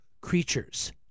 creatures